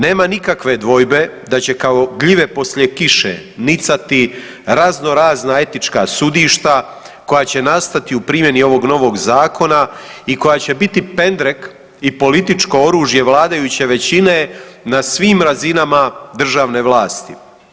Nema nikakve dvojbe da će kao gljive poslije kiše nicati razno razna etička sudišta koja će nastati u primjeni ovog novog zakona i koja će biti pendrek i političko oružje vladajuće većine na svim razinama državne vlasti.